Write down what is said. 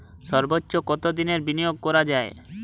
সর্বোচ্চ কতোদিনের বিনিয়োগ করা যায়?